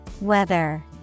Weather